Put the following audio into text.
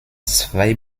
zwei